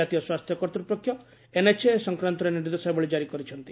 ଜାତୀୟ ସ୍ୱାସ୍ଥ୍ୟ କର୍ତ୍ତପକ୍ଷ ଏନ୍ଏଚ୍ଏ ଏ ସଂକ୍ରାନ୍ତରେ ନିର୍ଦ୍ଦେଶାବଳୀ ଜାରି କରିଛନ୍ତି